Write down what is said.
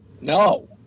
No